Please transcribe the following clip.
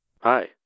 Hi